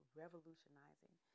revolutionizing